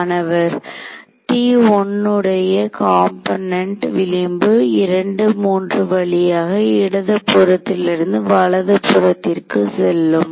மாணவர் உடைய காம்போனென்ட் விளிம்பு 2 3 வழியாக இடது புறத்திலிருந்து வலது புறத்திற்கு செல்லும்